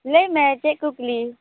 ᱞᱟᱹᱭ ᱢᱮ ᱪᱮᱫ ᱠᱩᱠᱞᱤ